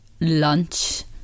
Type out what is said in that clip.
lunch